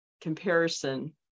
comparison